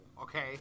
okay